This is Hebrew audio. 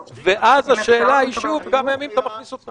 ואז השאלה היא שוב לכמה ימים אתה מכניס אותם.